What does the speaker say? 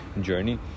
journey